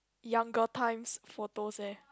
younger times photos eh